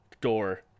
door